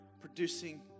producing